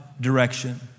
direction